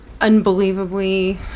unbelievably